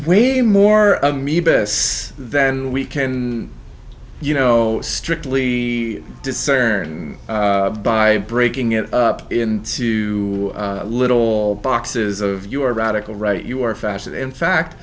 way more than we can you know strictly discerned by breaking it up into little boxes of your radical right you are fashioned in fact